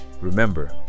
remember